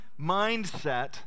mindset